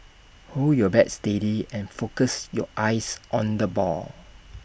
hold your bat steady and focus your eyes on the ball